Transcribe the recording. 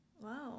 Wow